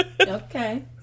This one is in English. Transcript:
Okay